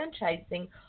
Franchising